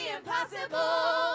impossible